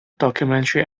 documentary